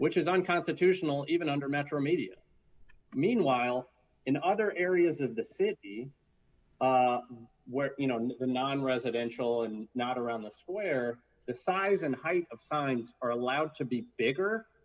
which is unconstitutional even under metromedia meanwhile in other areas of the city where you know the nonresidential is not around the square the size and height of signs are allowed to be bigger